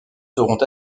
seront